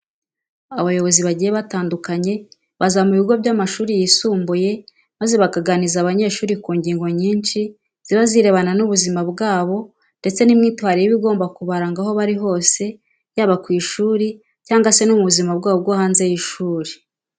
Abayobozi bagiye batandukanye baza mu bigo by'amashuri yisumbuye maze bakaganiriza abanyeshuri ku ngingo nyinshi ziba zirebana n'ubuzima wabo ndetse n'imyitwarire iba igomba kubaranga aho bari hose yaba ku ishuri cyangwa se no mu buzima bwabo bwo hanze y'ishuri.